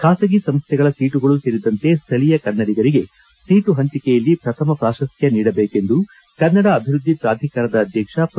ಖಾಸಗಿ ಸಂಸ್ಥೆಗಳ ಸೀಟುಗಳು ಸೇರಿದಂತೆ ಸ್ವಳೀಯ ಕನ್ನಡಿಗರಿಗೆ ಸೀಟು ಪಂಚಿಕೆಯಲ್ಲಿ ಪ್ರಥಮ ಪ್ರಾಶಸ್ತ್ಯ ನೀಡಬೇಕೆಂದು ಕನ್ನಡ ಅಭಿವೃದ್ಧಿ ಪ್ರಾಧಿಕಾರದ ಅಧ್ವಕ್ಷ ಪ್ರೊ